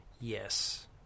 Yes